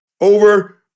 over